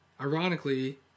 ironically